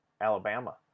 Alabama